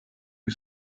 est